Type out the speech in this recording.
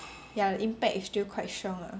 ya the impact is still quite strong ah